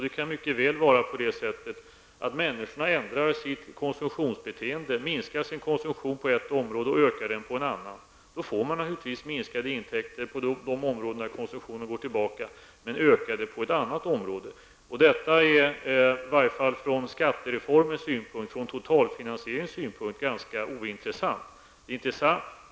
Det kan mycket väl vara på det sättet att människor ändrar sitt konsumtionsbeteende, minskar sin konsumtion på ett området och ökar den på ett annat. Då får man naturligtvis minskade intäkter på de områden där konsumtionen går tillbaka men ökade på ett annat område. Detta är varje fall med hänsyn till totalfinansieringen av skattereformen ganska ointressant.